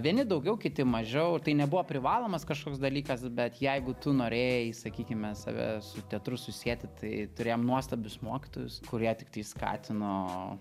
vieni daugiau kiti mažiau tai nebuvo privalomas kažkoks dalykas bet jeigu tu norėjai sakykime save su teatru susieti tai turėjom nuostabius mokytojus kurie tiktai skatino